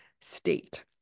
state